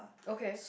okay